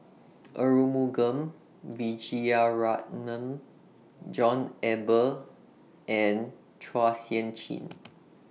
Arumugam Vijiaratnam John Eber and Chua Sian Chin